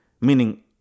Meaning